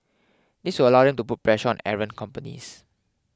this will allow them to put pressure on errant companies